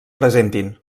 presentin